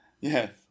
Yes